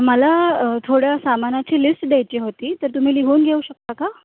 मला थोड्या सामानाची लिस्ट द्यायची होती तर तुम्ही लिहून घेऊ शकता का